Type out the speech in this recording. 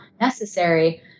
necessary